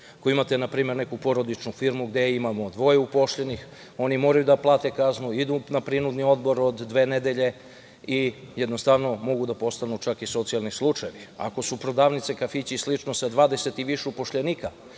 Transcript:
Ako imate, na primer, neku porodičnu firmu gde imamo dvoje uopšljenih, oni moraju da plate kaznu, idu na prinudni odmor od dve nedelje i jednostavno mogu da postanu čak i socijalni slučajevi. Ako su prodavnice, kafići i slično, sa 20 i više upošljenika,